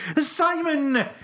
Simon